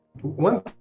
One